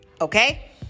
okay